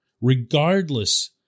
regardless